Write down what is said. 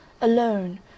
Alone